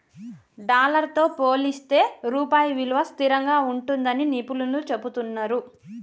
dollar తో పోలిస్తే రూపాయి విలువ స్థిరంగా ఉంటుందని నిపుణులు చెబుతున్నరు